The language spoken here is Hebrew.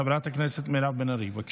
חברת הכנסת מירב בן ארי, בבקשה.